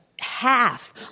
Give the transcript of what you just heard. half